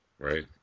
Right